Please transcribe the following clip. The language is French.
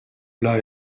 plats